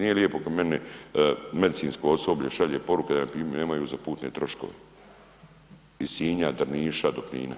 Nije lijepo kad meni medicinsko osoblje šalje poruke da nemaju za putne troškove, iz Sinja, Drniša do Knina.